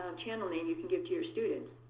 um channel and and you can give to your students,